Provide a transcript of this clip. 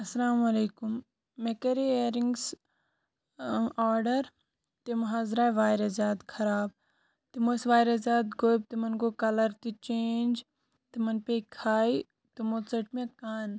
السَلامُ علیکُم مےٚ کَرے اِیرِنٛگس آرڈَر تِم حظ دراے واریاہ زیادٕ خَراب تِم ٲسۍ واریاہ زیاد گوٚبۍ تِمَن گوٚو کَلَر تہِ چینٛج تِمَن پے کھاے تِمو ژٔٹ مےٚ کَن